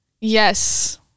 Yes